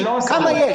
כמה יש?